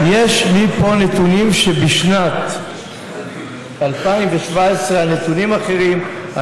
יש לי פה נתונים שבשנת 2017 הנתונים אחרים,